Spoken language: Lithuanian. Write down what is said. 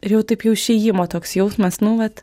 ir jau taip jau išėjimo toks jausmas nu vat